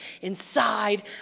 inside